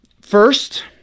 first